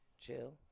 chill